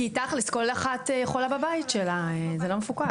כי תכ'לס כל אחת יכולה בבית שלה זה לא מפוקח.